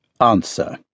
answer